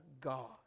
God